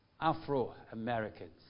Afro-Americans